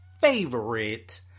favorite